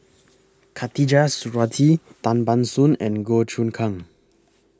Khatijah Surattee Tan Ban Soon and Goh Choon Kang